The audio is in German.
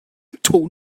ton